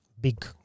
big